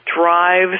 drives